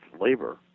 labor